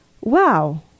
wow